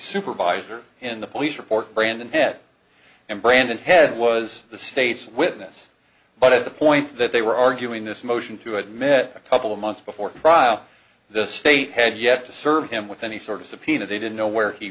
supervisor in the police report brandon head and brandon head was the state's witness but at the point that they were arguing this motion to admit a couple of months before trial the state had yet to serve him with any sort of subpoena they didn't know where he